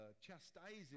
chastising